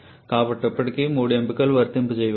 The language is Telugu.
కానీ ఇప్పటికీ మూడు ఎంపికలు వర్తింప చేయవచ్చు